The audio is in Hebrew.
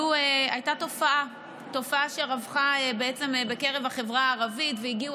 הייתה תופעה שרווחה בקרב החברה הערבית והגיעו